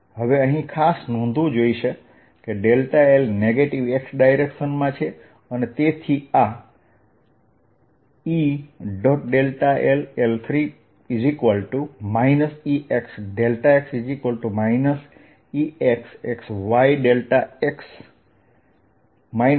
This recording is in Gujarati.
હવે અહીં ખાસ નોંધવું જોઇએ કે dl નેગેટીવ x દિશામાં છે તેથી આ E